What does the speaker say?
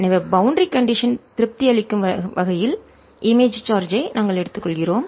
எனவே boundary condition திருப்தி அளிக்கும் வகையில் இமேஜ் சார்ஜ் ஐ நாங்கள் எடுத்துக்கொள்கிறோம்